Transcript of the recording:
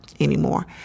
anymore